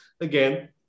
again